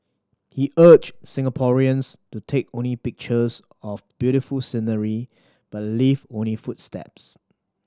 he urged Singaporeans to take only pictures of beautiful scenery but leave only footsteps